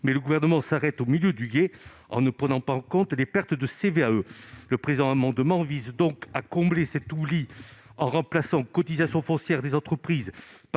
mais le Gouvernement s'arrête au milieu du gué, en ne prenant pas en compte les pertes de CVAE. Le présent amendement vise donc à combler cet oubli en remplaçant « cotisation foncière des entreprises